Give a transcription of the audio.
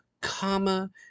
comma